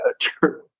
true